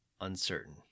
uncertain